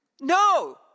No